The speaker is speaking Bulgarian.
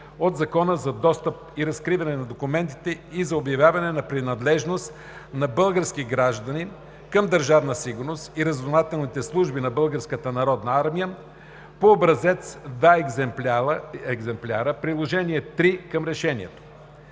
от Закона за достъп и разкриване на документите и за обявяване на принадлежност на български граждани към Държавна сигурност и разузнавателните служби на Българската народна армия по образец, в два екземпляра – приложение № 3 към решението.